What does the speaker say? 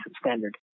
standard